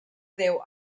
déu